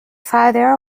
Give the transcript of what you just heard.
father